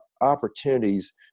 opportunities